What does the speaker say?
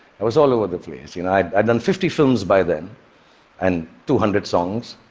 i was all over the place. you know? i'd i'd done fifty films by then and two hundred songs,